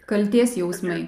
kaltės jausmai